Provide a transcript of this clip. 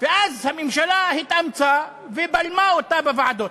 ואז הממשלה התאמצה ובלמה אותה בוועדות.